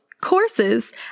courses